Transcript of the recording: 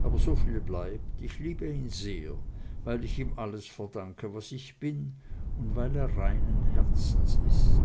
aber soviel bleibt ich liebe ihn sehr weil ich ihm alles verdanke was ich bin und weil er reinen herzens ist